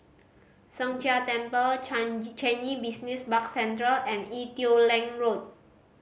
Sheng Jia Temple Changi Business Park Central and Ee Teow Leng Road